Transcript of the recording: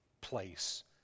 place